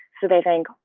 so they think,